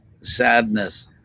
sadness